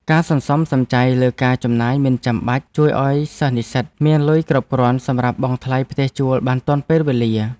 ការសន្សំសំចៃលើការចំណាយមិនចាំបាច់ ជួយឱ្យនិស្សិតមានលុយគ្រប់គ្រាន់សម្រាប់បង់ថ្លៃផ្ទះជួលបានទាន់ពេលវេលា។